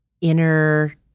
inner